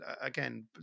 again